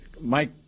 Mike